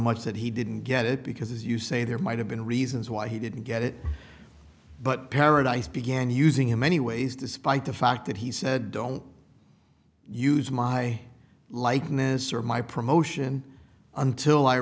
much that he didn't get it because as you say there might have been reasons why he didn't get it but paradise began using in many ways despite the fact that he said don't use my likeness or my promotion until i